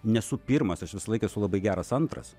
nesu pirmas aš visąlaik esu labai geras antras